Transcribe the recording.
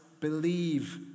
believe